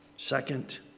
Second